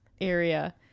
area